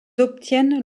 obtiennent